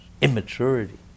immaturity